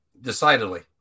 Decidedly